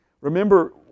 remember